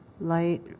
light